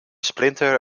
splinter